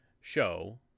show